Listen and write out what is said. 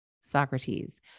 Socrates